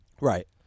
Right